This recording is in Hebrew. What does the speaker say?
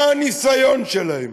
מה הניסיון שלהם,